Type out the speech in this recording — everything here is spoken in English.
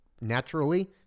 naturally